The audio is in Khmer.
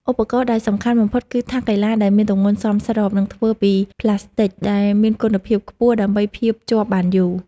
ឧបករណ៍ដែលសំខាន់បំផុត គឺថាសកីឡាដែលមានទម្ងន់សមស្រប និងធ្វើពីផ្លាស្ទិកដែលមានគុណភាពខ្ពស់ដើម្បីភាពជាប់បានយូរ។